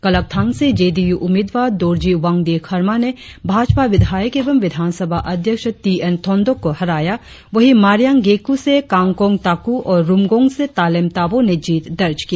कलकथांग से J D U उम्मीदवार दोरजी वांग्डी खर्मा ने भाजपा विधायक एवं विधानसभा अध्यक्ष टी एन थोंगदोक को हराया वहीं मारियांग गेक्र से कांगगोंग ताकू और रुमगोंग से तालेम ताबोह ने जीत दर्ज की